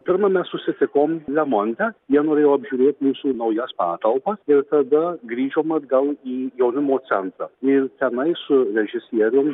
pirma mes susitikom lemonte jie norėjo apžiūrėt mūsų naujos patalpas ir tada grįžom atgal į jaunimo centrą ir tenai su režisierium